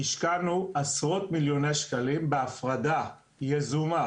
השקענו עשרות מיליוני שקלים בהפרדה יזומה